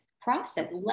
process